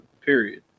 period